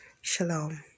Shalom